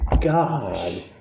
god